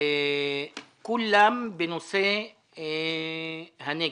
וכולם בנושא הנגב.